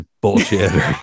bullshit